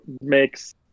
makes